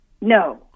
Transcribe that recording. No